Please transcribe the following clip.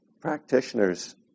practitioners